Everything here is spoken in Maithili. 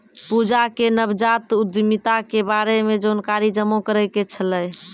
पूजा के नवजात उद्यमिता के बारे मे जानकारी जमा करै के छलै